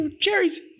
Cherries